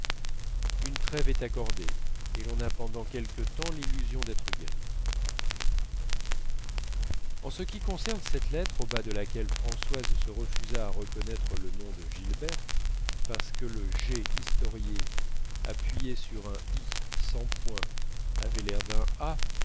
une trêve est accordée et l'on a pendant quelque temps l'illusion d'être guéri en ce qui concerne cette lettre au bas de laquelle françoise se refusa à reconnaître le nom de gilberte parce que le g historié appuyé sur un i sans point avait l'air d'un a